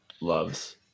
loves